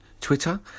Twitter